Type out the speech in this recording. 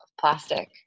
plastic